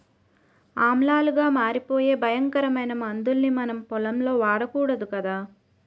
ఆమ్లాలుగా మారిపోయే భయంకరమైన మందుల్ని మనం పొలంలో వాడకూడదు కదా